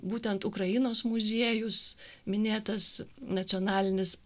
būtent ukrainos muziejus minėtas nacionalinis